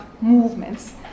movements